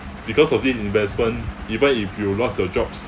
because of this investment even if you lost your jobs